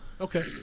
Okay